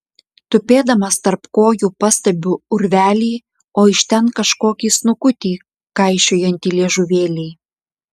tupėdamas tarp kojų pastebiu urvelį o iš ten kažkokį snukutį kaišiojantį liežuvėlį